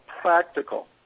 practical